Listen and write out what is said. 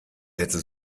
sätze